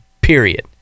Period